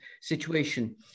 situation